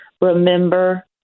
remember